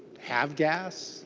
have gas